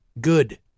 good